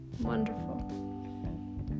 wonderful